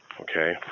Okay